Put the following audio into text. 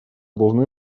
должны